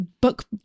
book